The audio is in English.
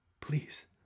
please